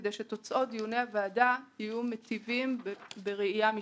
כדי שתוצאות דיוני הוועדה יהיו מיטיבים בראייה משקית.